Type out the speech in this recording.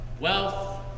wealth